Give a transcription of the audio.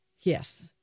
Yes